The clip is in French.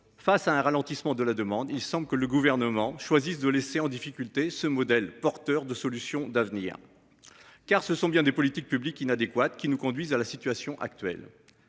face à un ralentissement de la demande, il semble que le gouvernement. De laisser en difficulté ce modèle porteur de solutions d'avenir. Car ce sont bien des politiques publiques inadéquate qui nous conduisent à la situation actuelle.